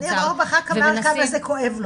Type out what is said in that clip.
ניר אורבך רק אמר כמה זה כואב לו,